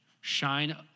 shine